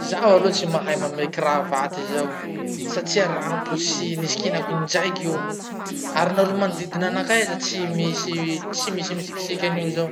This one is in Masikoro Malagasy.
Zaho aloha tsy mahay mamehy kravaty zao, satria raha mbo tsy nisikinako indraiky io. Ary na olo manodidina anakahy aza tsy misy tsy misy misikisiky anio zao.